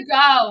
go